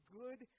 good